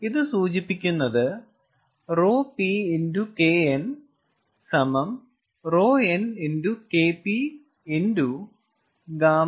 ഇത് സൂചിപ്പിക്കുന്നത് ρPKN ρN